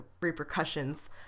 repercussions